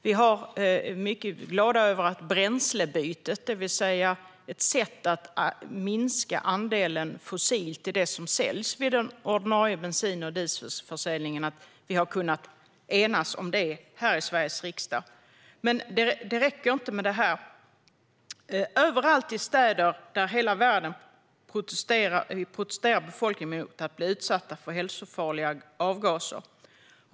Vi är glada över att vi har kunnat enas om bränslebytet i Sveriges riksdag, det vill säga att minska andelen fossilt i det som säljs vid den ordinarie bensin och dieselförsäljningen. Men det räcker inte. Överallt i världen protesterar befolkningen i städer mot att bli utsatta för hälsofarliga avgaser.